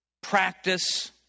practice